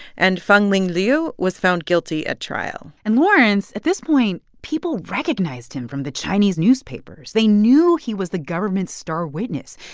and feng ling liu was found guilty at trial and lawrence at this point, people recognized him from the chinese newspapers. they knew he was the government's star witness.